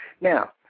Now